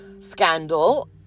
scandal